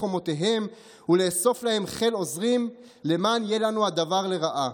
חומותיהם ולאסוף להם חיל עוזרים למען יהיה לנו הדבר לרעה,